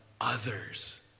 others